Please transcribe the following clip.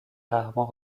rarement